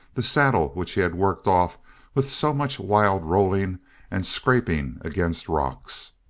the saddle which he had worked off with so much wild rolling and scraping against rocks.